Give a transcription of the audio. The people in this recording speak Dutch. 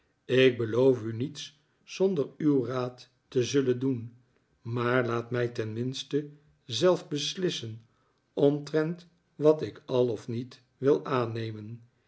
ik beloof u niets zonder uw raad te zullen doen maar laat mij tenminste zelf beslissen omtrent wat ik al of niet wil aannemen